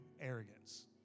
arrogance